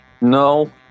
no